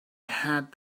had